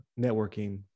networking